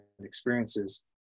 experiences